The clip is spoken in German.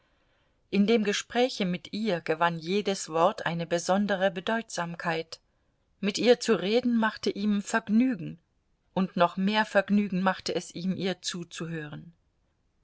in dem gespräche mit ihr gewann jedes wort eine besondere bedeutsamkeit mit ihr zu reden machte ihm vergnügen und noch mehr vergnügen machte es ihm ihr zuzuhören